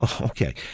Okay